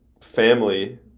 family